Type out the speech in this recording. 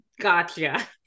gotcha